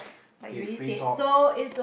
okay free talk